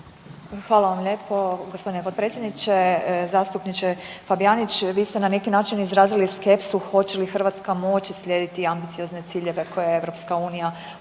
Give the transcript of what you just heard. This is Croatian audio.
Hvala vam lijepo g. potpredsjedniče. Zastupniče Fabijanić, vi ste na neki način izrazili skepsu hoće li Hrvatska moći slijediti ambiciozne ciljeve koje je EU u svom